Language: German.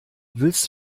willst